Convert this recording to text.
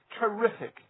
Terrific